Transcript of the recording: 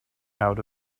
out